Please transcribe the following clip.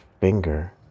finger